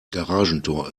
garagentor